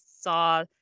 saw